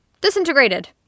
disintegrated